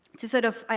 to sort of